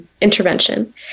intervention